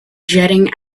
jetting